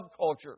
subculture